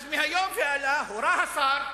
אז מהיום והלאה הורה השר,